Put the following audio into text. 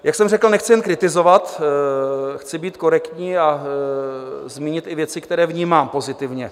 Jak jsem řekl, nechci jen kritizovat, chci být korektní a zmínit i věci, které vnímám pozitivně.